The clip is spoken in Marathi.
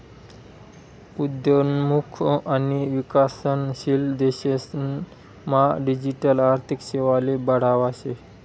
उद्योन्मुख आणि विकसनशील देशेस मा डिजिटल आर्थिक सेवाले बढावा शे